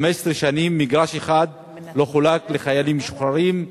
15 שנים, מגרש אחד לא חולק לחיילים משוחררים.